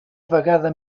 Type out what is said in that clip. vegada